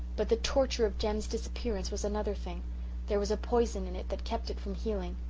but the torture of jem's disappearance was another thing there was a poison in it that kept it from healing.